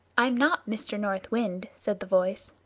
i'm not mr. north wind, said the voice.